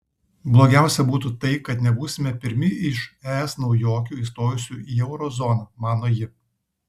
blogiausia būtų tai kad nebūsime pirmi iš es naujokių įstojusių į euro zoną mano ji